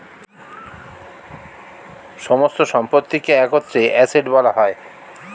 সমস্ত সম্পত্তিকে একত্রে অ্যাসেট্ বলা হয়